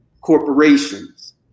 corporations